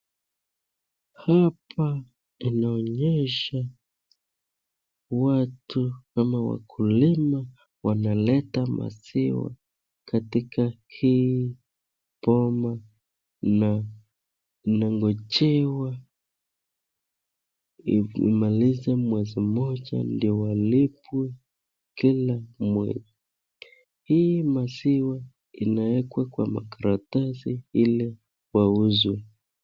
Hapa inaonyesha, watu ama wakulima wameleta maziwa katika hii boma na inangojewa imalize mwezi moja ndio walipwe kila moja, hii maziwa inawekwa kwa makaratasi ili wauzwe.